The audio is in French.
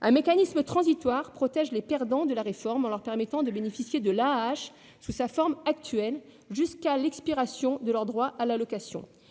Un mécanisme transitoire protège les perdants de la réforme, en leur permettant de bénéficier de l'AAH sous sa forme actuelle, jusqu'à l'expiration de leurs droits à l'allocation